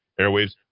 Airwaves